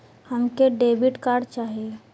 हमके debit card चाही?